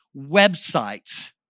websites